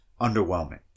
Underwhelming